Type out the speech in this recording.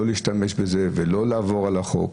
לא להשתמש בזה ולא לעבור על החוק,